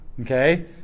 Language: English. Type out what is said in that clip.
Okay